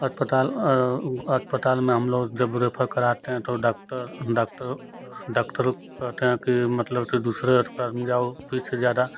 अस्पताल अस्पताल में जब हम लोग रेफर कराते हैं तो डॉक्टर डॉक्टर डॉक्टर लोग कहते हैं कि मतलब दूसरे अस्पताल में जाओ फीछ है ज़्यादा